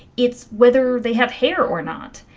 it's whether they have hair or not.